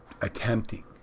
attempting